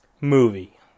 movie